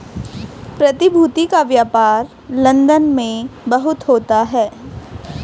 प्रतिभूति का व्यापार लन्दन में बहुत होता है